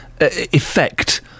effect